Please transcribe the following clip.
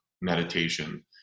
meditation